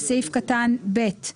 בסעיף קטן (ב),